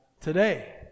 today